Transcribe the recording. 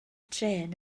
trên